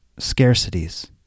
scarcities